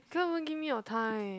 you can't even give me your time